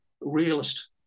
realist